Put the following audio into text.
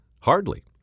Hardly